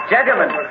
Gentlemen